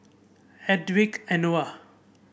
Hedwig Anuar